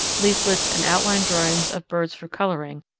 leaflets, and outline drawings of birds for colouring,